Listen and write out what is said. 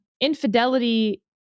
infidelity